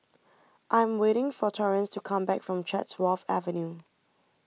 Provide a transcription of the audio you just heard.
I am waiting for Torrance to come back from Chatsworth Avenue